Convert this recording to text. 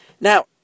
Now